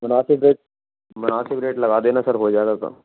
مناسب ریٹ مناسب ریٹ لگا دینا سر ہو جائے گا کام